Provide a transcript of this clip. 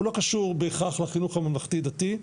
הוא לא קשור בהכרח לחינוך הממלכתי דתי,